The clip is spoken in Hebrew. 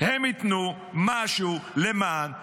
הם ייתנו משהו למען המדינה.